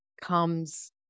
comes